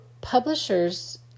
publisher's